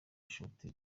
ishoti